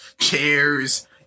chairs